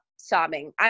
sobbing